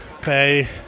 pay